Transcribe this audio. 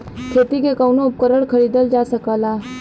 खेती के कउनो उपकरण खरीदल जा सकला